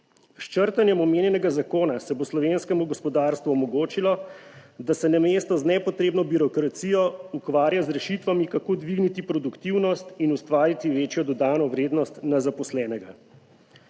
črtanjem omenjenega zakona se bo slovenskemu gospodarstvu omogočilo, da se namesto z nepotrebno birokracijo ukvarja z rešitvami, kako dvigniti produktivnost in ustvariti večjo dodano vrednost na zaposlenega.